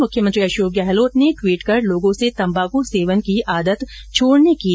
मुख्यमंत्री अशोक गहलोत ने ट्वीट कर लोगों से तम्बाकू सेवन की आदत छोड़ने की अपील की है